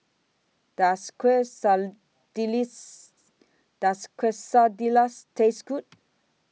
Does Quesadillas Taste Good